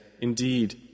Indeed